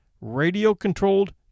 radio-controlled